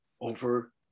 over